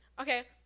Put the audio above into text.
Okay